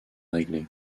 réglé